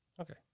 Okay